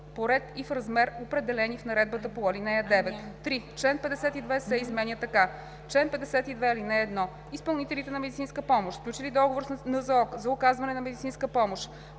по ред и в размер, определени в наредбата по ал. 9.“. 3. Член 52 се изменя така: „Чл. 52. (1) Изпълнителите на медицинска помощ, сключили договор с НЗОК за оказване на медицинска помощ,